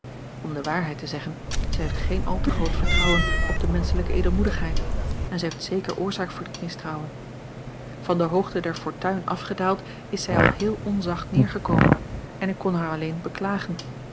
om de waarheid te zeggen zij heeft geen al te groot vertrouwen op de menschelijke edelmoedigheid en zij heeft zeker oorzaak voor dit mistrouwen van de hoogte der fortuin afgedaald is zij al heel onzacht neergekomen en ik kon haar alleen beklagen